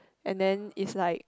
and then is like